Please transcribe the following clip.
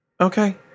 Okay